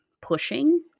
pushing